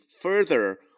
further